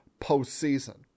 postseason